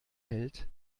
hält